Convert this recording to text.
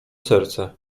serce